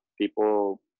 people